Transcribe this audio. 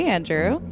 Andrew